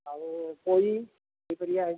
ଆଉ ପୋଇ ଏଇ ପରିବା ହେଇଛି ଆଉ